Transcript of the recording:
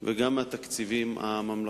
וגם בתקציבים הממלכתיים.